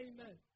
Amen